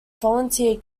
volunteer